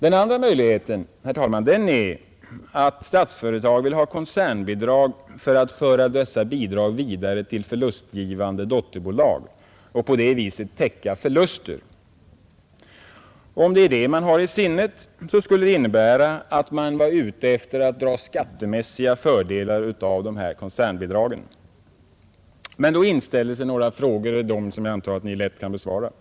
Den andra möjligheten är att Statsföretag vill ha koncernbidrag för att föra dem vidare till förlustgivande dotterbolag och på det viset täcka förluster. Om det är det man har i sinnet, skulle det innebära att man var ute efter att dra skattemässiga fördelar av koncernbidragen. Men då inställer sig några frågor, och jag antar att Ni lätt kan besvara dem.